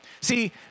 See